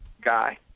guy